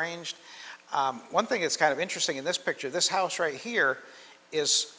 arranged one thing it's kind of interesting in this picture this house right here is